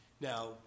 Now